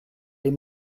les